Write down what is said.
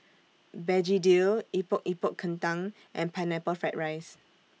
Begedil Epok Epok Kentang and Pineapple Fried Rice